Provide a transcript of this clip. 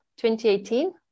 2018